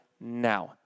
now